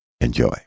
enjoy